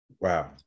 Wow